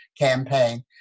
campaign